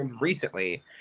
recently